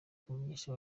kumenyesha